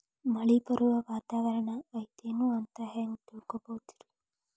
ಮಳೆ ಬರುವ ವಾತಾವರಣ ಐತೇನು ಅಂತ ಹೆಂಗ್ ತಿಳುಕೊಳ್ಳೋದು ರಿ?